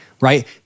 Right